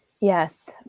Yes